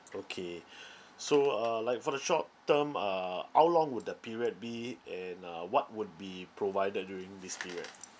okay so uh like for the short term uh how long would the period be and uh what would be provided during this period